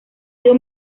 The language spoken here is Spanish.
sido